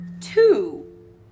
two